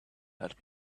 had